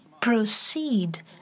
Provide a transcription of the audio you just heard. proceed